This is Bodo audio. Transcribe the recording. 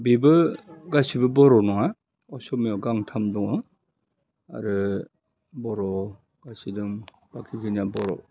बेबो गासिबो बर' नङा असमियाव गांथाम दङ आरो बर'आव गासै दं बाखिखिनिया बर'